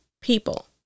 people